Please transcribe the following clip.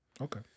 Okay